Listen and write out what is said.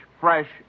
fresh